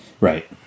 Right